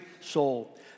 soul